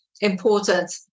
important